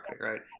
right